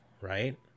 right